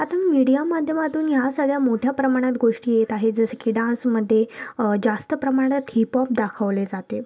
आता मीडिया माध्यमातून या सगळ्या मोठ्या प्रमाणात गोष्टी येत आहेत जसे की डान्समध्ये जास्त प्रमाणात हिपहॉप दाखवले जाते